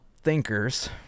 thinkers